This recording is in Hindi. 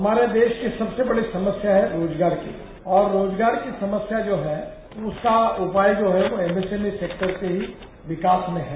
हमारे देश की सबसे बड़ी समस्या है रोजगार की और रोजगार की समस्या जो है उसका उपाय जो है एमएसएमई सेक्टर के ही विकास में है